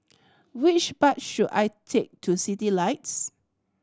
which bus should I take to Citylights